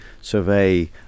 survey